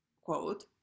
quote